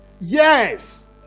Yes